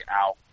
out